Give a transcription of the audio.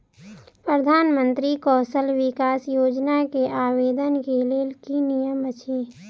प्रधानमंत्री कौशल विकास योजना केँ आवेदन केँ लेल की नियम अछि?